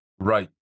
right